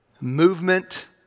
movement